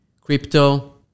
crypto